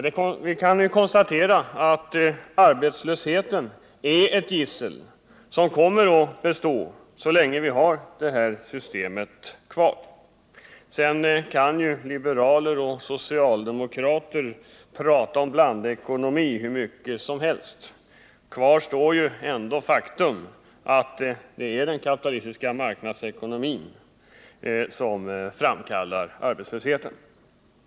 Vi kan konstatera att arbetslösheten är ett gissel, som kommer att bestå så länge vi har det nuvarande systemet kvar. Det gäller oavsett hur mycket liberaler och socialdemokrater än pratar om blandekonomi. Kvar står ändå faktum att det är den kapitalistiska marknadsekonomin som framkallar arbetslösheten.